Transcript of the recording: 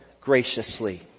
graciously